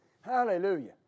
Hallelujah